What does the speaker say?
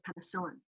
penicillin